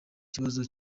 kibazo